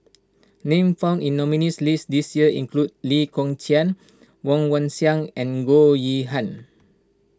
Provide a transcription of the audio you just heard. names found in the nominees' list this year include Lee Kong Chian Woon Wah Siang and Goh Yihan